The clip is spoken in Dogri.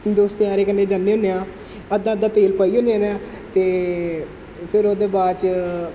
दोस्तें यारें कन्नै जन्ने होन्ने आं अद्धा अद्धा तेल पोआई ओड़ने होन्ने आं ते फिर ओह्दे बाच